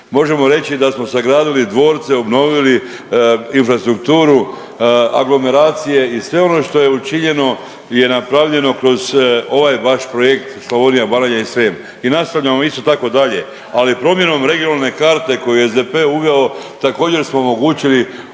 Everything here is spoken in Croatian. Možemo reći da smo sagradili dvorce, obnovili infrastrukturu aglomeracije i sve ono što je učinjeno je napravljeno kroz ovaj vaš projekt Slavonija, Baranja i Srijem. I nastavljamo isto tako dalje, ali promjenom regionalne karte koju je SDP uveo također smo omogućili